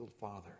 Father